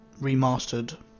remastered